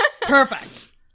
Perfect